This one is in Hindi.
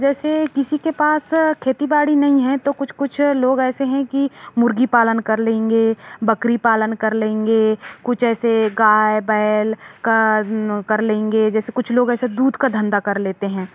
जैसे किसी के पास खेती बाड़ी नहीं हैं तो कुछ कुछ लोग ऐसे हैं कि मुर्गी पालन कर लेंगे बकरी पालन कर लेंगे कुछ ऐसे गाय बैल का कर लेंगे जैसे कुछ लोग ऐसे दूध का धंधा कर लेते हैं